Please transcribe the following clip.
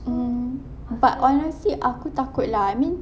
mmhmm but honestly aku takut lah I mean